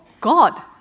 God